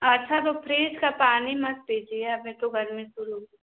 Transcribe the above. अच्छा तो फ्रिज का पानी मत पीजिए अभी तो गर्मी शुरू हुई